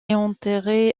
enterré